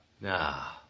Now